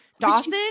Dawson